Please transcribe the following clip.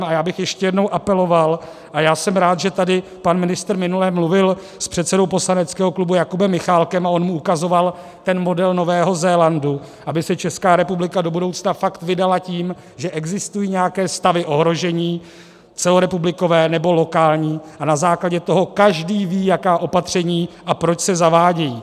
A já bych ještě jednou apeloval a já jsem rád, že tady pan ministr minule mluvil s předsedou poslaneckého klubu Jakubem Michálkem, a on mu ukazoval model Nového Zélandu, aby se Česká republika do budoucna fakt vydala tím, že existují nějaké stavy ohrožení celorepublikové nebo lokální a na základě toho každý ví, jaká opatření a proč se zavádějí.